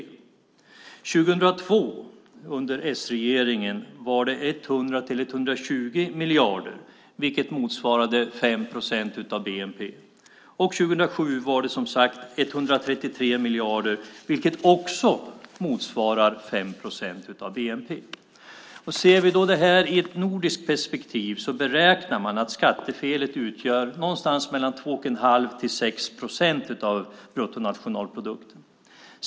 År 2002, under s-regeringen, var det 100-120 miljarder, vilket motsvarade 5 procent av bnp. Och 2007 var det, som sagt, 133 miljarder, vilket också motsvarade 5 procent av bnp. Vi kan se det här i ett nordiskt perspektiv. Man beräknar att skattefelet då utgör någonstans mellan 2 1⁄2 och 6 procent av bruttonationalprodukten.